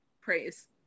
Praise